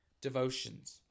devotions